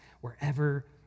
wherever